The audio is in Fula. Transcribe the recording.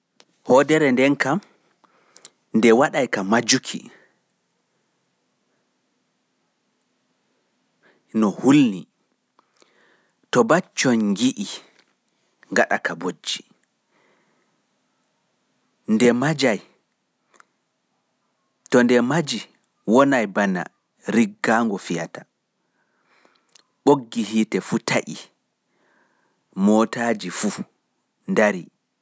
Hoodere nden nde waɗa ka majuki no hulni. To mbaccon ngi'I ngaɗa ka bojji. To nde maji wonai bana riggaango fiyata. Bojji yiitefu taƴi, motaaji fu ndari bonni, komfutaaji fu mbaatidi.